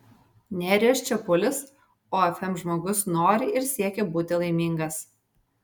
nerijus čepulis ofm žmogus nori ir siekia būti laimingas